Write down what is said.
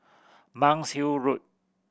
Monk's Hill Road